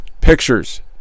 pictures